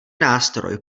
nástroj